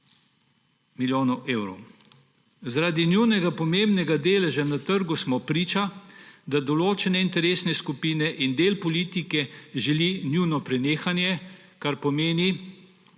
milijonov evrov. Zaradi njunega pomembnega deleža na trgu smo priča, da določene interesne skupine in del politike želi njuno prenehanje, kar pomeni,